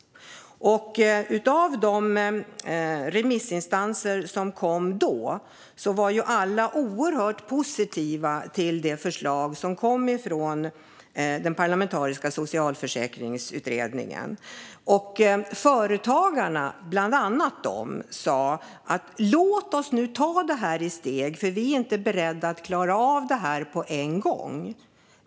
De remissinstanser som då yttrade sig var alla oerhört positiva till den parlamentariska socialförsäkringsutredningens förslag. Och bland annat Företagarna sa: Låt oss nu ta det här i steg, för vi är inte beredda att klara av detta på en gång.